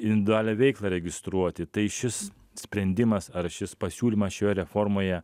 individualią veiklą registruoti tai šis sprendimas ar šis pasiūlymas šioje reformoje